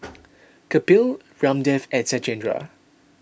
Kapil Ramdev and Satyendra